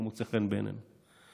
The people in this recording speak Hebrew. לא מוצא חן בעיני מישהו.